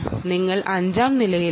നിങ്ങൾ അഞ്ചാം നിലയിലാണോ